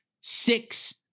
six